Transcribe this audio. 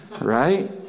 right